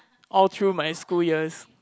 all through my school years